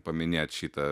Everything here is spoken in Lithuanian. paminėt šitą